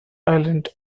island